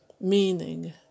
meaning